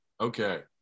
Okay